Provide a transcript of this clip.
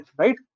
right